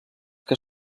que